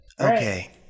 Okay